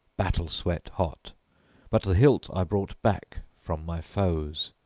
battle-sweat hot but the hilt i brought back from my foes.